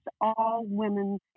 all-women